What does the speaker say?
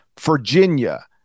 virginia